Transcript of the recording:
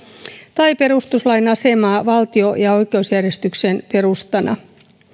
tai perustuslain asemaa valtio ja oikeusjärjestyksen perustana